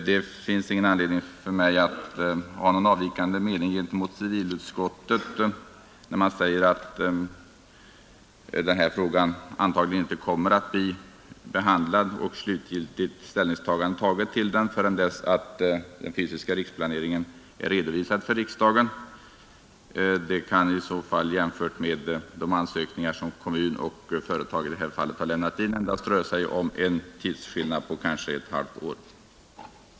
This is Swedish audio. Det finns ingen anledning för mig att ha någon avvikande mening gentemot civilutskottet, när utskottet säger att man antagligen inte kommer att behandla denna fråga och ta slutlig ställning till den förrän den fysiska riksplaneringen är redovisad för riksdagen. Det kan i så fall jämföras med att det beträffande de ansökningar som kommun och företag i det här fallet har lämnat in endast rört sig om tidsskillnad på kanske ett halvt år.